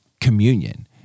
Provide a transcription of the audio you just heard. communion